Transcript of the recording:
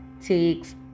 takes